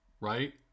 right